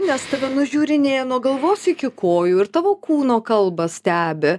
nes tave nužiūrinėja nuo galvos iki kojų ir tavo kūno kalbą stebi